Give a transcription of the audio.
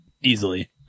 easily